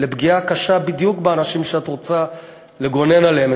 לפגיעה קשה בדיוק באנשים שאת רוצה לגונן עליהם.